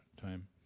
time